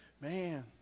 man